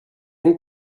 and